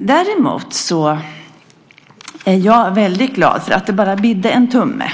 Däremot är jag väldigt glad för att det bara bidde en tumme